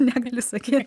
negali sakyt